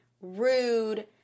rude